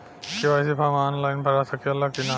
KYC form online भरा सकला की ना?